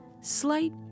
Slight